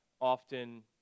often